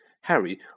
Harry